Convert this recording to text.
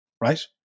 right